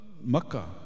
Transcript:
Makkah